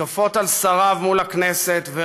התקפות על שריו מול הכנסת,